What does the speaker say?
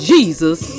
Jesus